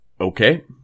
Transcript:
Okay